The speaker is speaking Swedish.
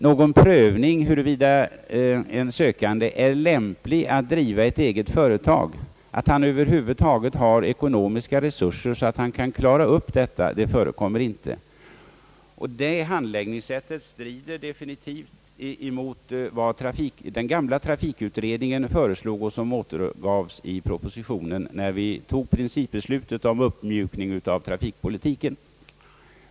Någon prövning huruvida en sökande är lämplig att driva ett eget företag, att han över huvud taget har ekonomiska resurser att klara upp detta, förekommer inte. Det handläggningssättet strider definitivt mot vad den gamla trafikutredningen föreslog och som återgavs i propositionen när vi fattade principbeslutet om uppmjukning av trafikpolitiken.